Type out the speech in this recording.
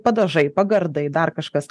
padažai pagardai dar kažkas